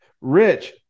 Rich